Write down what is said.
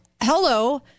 hello